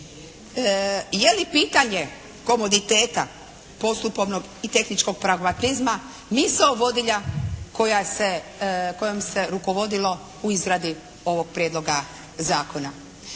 Je li pitanje komuniteta postupovnog i tehničkog pragmatizma misao vodilja koja se, kojom se rukovodilo u izradi ovog Prijedloga zakona?